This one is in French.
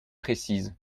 précise